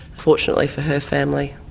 fortunately for her family,